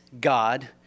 God